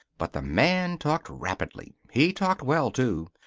but the man talked rapidly. he talked well, too.